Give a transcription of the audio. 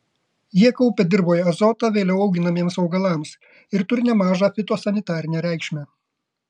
jie kaupia dirvoje azotą vėliau auginamiems augalams ir turi nemažą fitosanitarinę reikšmę